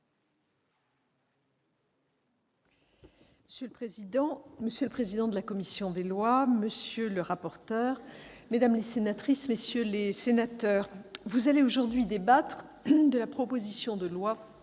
Monsieur le président, monsieur le président de la commission des lois, monsieur le rapporteur, mesdames, messieurs les sénateurs, vous allez aujourd'hui débattre de la proposition de loi